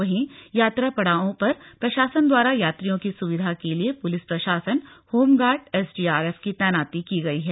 वहीं यात्रा पड़ावों पर प्रशासन द्वारा यात्रियों की सुविधा के लिए पुलिस प्रशासन होमगार्ड एसडीआरएफ की तैनाती की गई है